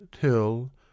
till